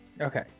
Okay